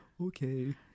okay